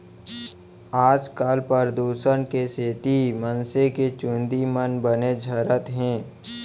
आजकाल परदूसन के सेती मनसे के चूंदी मन बने झरत हें